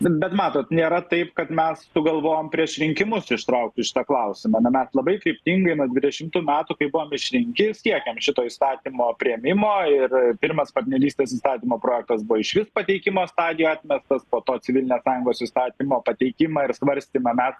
bet matot nėra taip kad mes sugalvojom prieš rinkimus ištraukti šitą klausimą mes labai kryptingai nuo dvidešimtų metų kai buvom išrinkti ir siekiam šito įstatymo priėmimo ir pirmas partnerystės įstatymo projektas buvo išvis pateikimo stadijoj atmestas po to civilinės sąjungos įstatymo pateikimą ir svarstymą mes